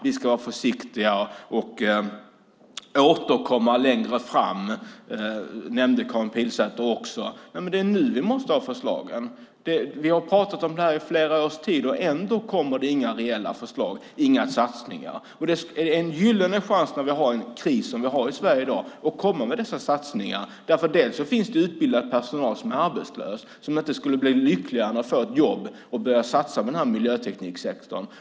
Ni ska vara försiktiga och återkomma längre fram, som Karin Pilsäter nämnde. Men det är nu vi måste ha förslagen. I flera års tid har vi pratat om detta. Ändå kommer inga reella förslag. Det kommer inga satsningar. Det är nu i den kris som vi i dag har i Sverige som det finns en gyllene chans att komma med dessa satsningar. Dels finns det utbildad personal som nu är arbetslös och som inte skulle bli så lycklig av något annat som av att få ett jobb och få börja satsa på miljötekniksektorn.